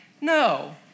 no